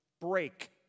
break